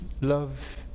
love